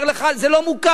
אומר לך: זה לא מוכר,